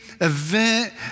event